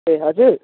ए हजुर